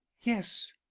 yes